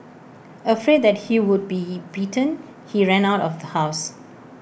afraid that he would be beaten he ran out of the house